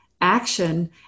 action